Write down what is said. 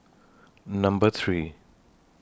Number three